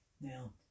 Now